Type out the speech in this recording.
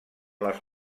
les